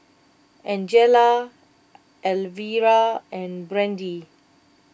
Angela Alvera and Brandee